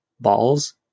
balls